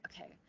okay